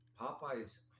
Popeye's